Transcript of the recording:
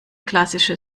klassische